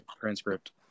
transcript